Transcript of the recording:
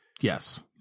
yes